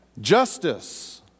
Justice